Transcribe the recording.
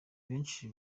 benshi